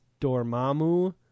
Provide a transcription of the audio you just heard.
Dormammu